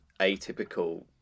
atypical